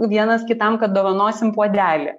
vienas kitam kad dovanosim puodelį